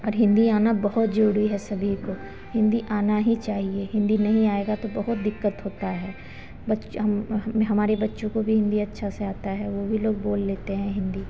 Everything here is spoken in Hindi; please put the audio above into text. और हिन्दी आनी बहुत ज़रूरी है सभी को हिन्दी आनी ही चाहिए हिन्दी नहीं आएगी तो बहुत दिक्कत होती है बच्चों हम हमारे बच्चों को भी हिन्दी अच्छा से आती है वह भी लोग बोल लेते हैं हिन्दी